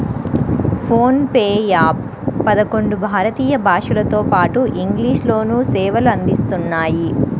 phone pay app పదకొండు భారతీయ భాషలతోపాటు ఇంగ్లీష్ లోనూ సేవలు అందిస్తున్నాయి